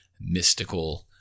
mystical